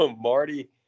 Marty